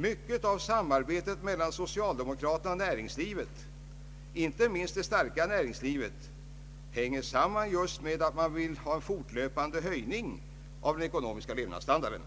Mycket av samarbetet mellan socialdemokraterna och näringslivet — inte minst det mycket starka näringslivet — hänger samman just med att man vill ha en fortlöpande höjning av den ekonomiska levnadsstandarden.”